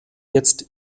jetzt